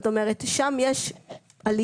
שם יש גידול מאוד מאוד גדול.